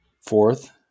fourth